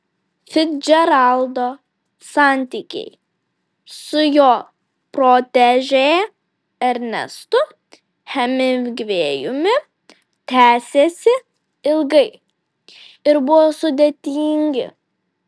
ficdžeraldo santykiai su jo protežė ernestu hemingvėjumi tęsėsi ilgai ir buvo sudėtingi